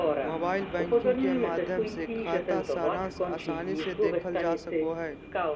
mobile banking के माध्यम से खाता सारांश आसानी से देखल जा सको हय